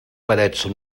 parets